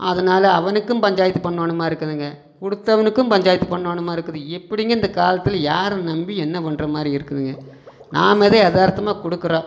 அதனால அவனுக்கும் பஞ்சாயத்து பண்ணணுமா இருக்குதுங்க கொடுத்தவனுக்கும் பஞ்சாயத்து பண்ணணுமா இருக்குது எப்படிங்க இந்த காலத்தில் யாரை நம்பி என்ன பண்ணுறமாரி இருக்குதுங்க நாமளே எதார்த்தமாக கொடுக்குறோம்